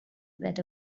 that